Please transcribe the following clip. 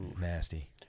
nasty